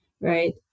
right